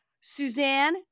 Suzanne